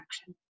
action